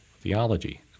theology